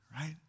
right